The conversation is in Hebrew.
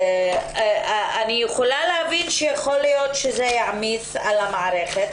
אני יכולה להבין שיכול להיות שזה יעמיס על המערכת,